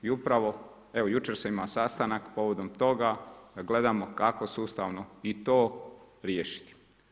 I upravo, evo, jučer sam imao sastanak povodom toga, da gledamo kako sustavno i to riješiti.